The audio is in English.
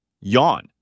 Yawn